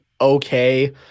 okay